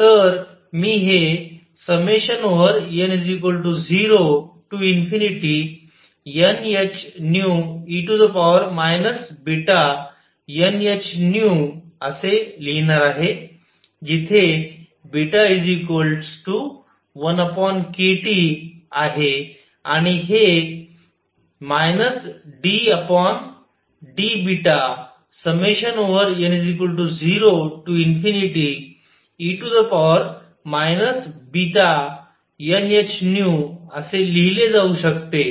तर मी हे n0nhνe βnhν असे लिहिणार आहे जिथे β1kT आहे आणि हे ddβn0e βnhνअसे लिहिले जाऊ शकते